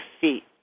feet